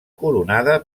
coronada